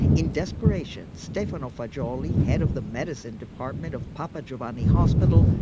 in desperation, stefano fagiuoli, head of the medicine department of papa giovanni hospital,